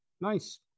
Nice